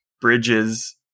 bridges